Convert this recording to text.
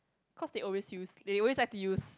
cause they always use they always like to use